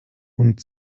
und